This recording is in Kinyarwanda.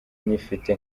nyifite